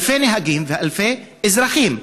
אלפי נהגים ואלפי אזרחים.